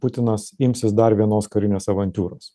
putinas imsis dar vienos karinės avantiūros